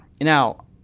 Now